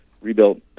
rebuilt